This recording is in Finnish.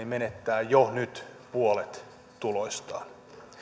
menettää jo nyt puolet tuloistaan